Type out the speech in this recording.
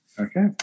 Okay